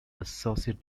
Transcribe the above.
associate